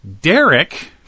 Derek